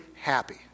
happy